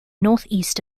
northeast